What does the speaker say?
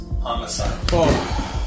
Homicide